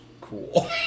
cool